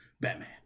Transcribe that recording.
Batman